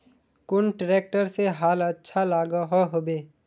कुन ट्रैक्टर से हाल अच्छा लागोहो होबे?